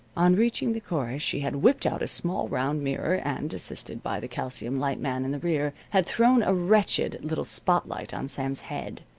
on reaching the chorus she had whipped out a small, round mirror and, assisted by the calcium-light man in the rear, had thrown a wretched little spotlight on sam's head.